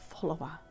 follower